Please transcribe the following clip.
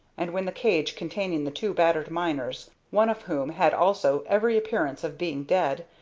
and when the cage containing the two battered miners, one of whom had also every appearance of being dead,